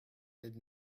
did